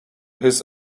his